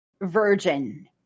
virgin